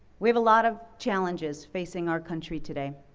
we have a lot of challenges facing our country today,